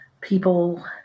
People